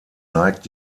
neigt